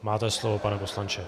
Máte slovo, pane poslanče.